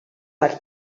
per